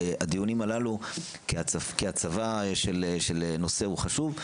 הדיונים הללו כהצבה של נושא חשוב,